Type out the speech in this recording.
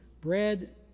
bread